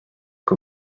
kui